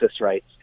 rights